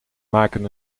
maken